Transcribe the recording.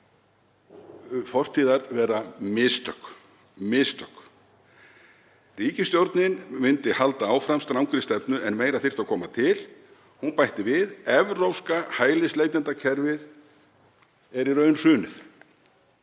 fortíðar vera mistök. Mistök. Ríkisstjórnin myndi halda áfram strangri stefnu en meira þyrfti að koma til. Hún bætti við: Evrópska hælisleitendakerfið er í raun hrunið.